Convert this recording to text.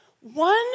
one